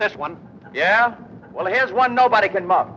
that's one yeah well here's one nobody can